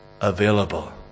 available